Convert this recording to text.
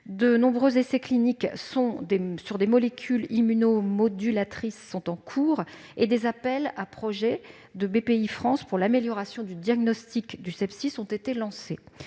De nombreux essais cliniques sur des molécules immuno-modulatrices sont en cours, et des appels à projets de Bpifrance pour l'amélioration du diagnostic du sepsis ont été lancés.